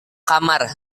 kamar